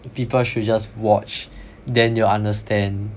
people should just watch then you will understand